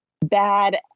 bad